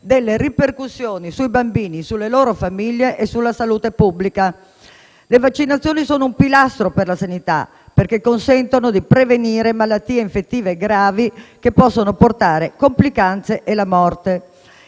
delle ripercussioni sui bambini e sulle loro famiglie e sulla salute pubblica. Le vaccinazioni sono un pilastro per la sanità, perché consentono di prevenire malattie infettive gravi che possono portare complicanze e la morte.